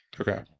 Okay